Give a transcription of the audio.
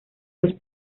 los